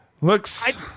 looks